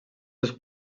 seus